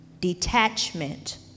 detachment